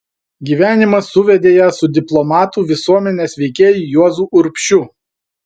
gyvenimas suvedė ją su diplomatu visuomenės veikėju juozu urbšiu